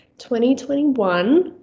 2021